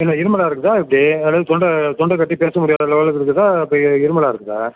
இல்ல இரும்மலா இருக்குதா எப்படி அதாவது தொண்டை தொண்டை கட்டி பேச முடியாத லெவலுக்கு இருக்குதா இப்போ இரும்மலா இருக்குதா